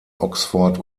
oxford